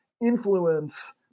influence